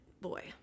boy